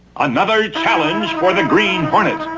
another challenge for the green hornet,